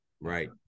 Right